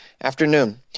afternoon